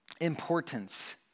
importance